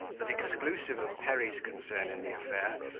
that exclusive of perry's concern in the affair,